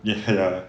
ya